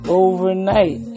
overnight